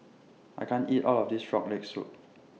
I can't eat All of This Frog Leg Soup